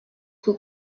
who